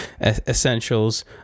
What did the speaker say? essentials